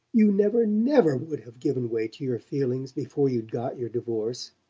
you never never would have given way to your feelings before you'd got your divorce.